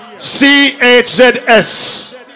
C-H-Z-S